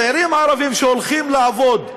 צעירים ערבים שהולכים לעבוד,